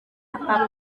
apa